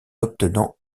obtenant